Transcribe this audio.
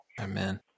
Amen